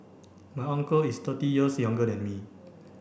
my uncle is thirty years younger than me